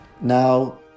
now